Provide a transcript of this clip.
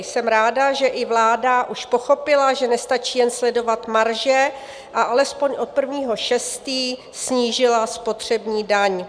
Jsem ráda, že i vláda už pochopila, že nestačí jen sledovat marže, a alespoň od 1. 6. snížila spotřební daň.